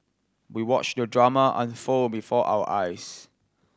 we watched the drama unfold before our eyes